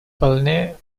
вполне